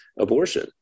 abortion